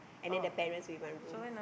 and then the parents with my room